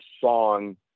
song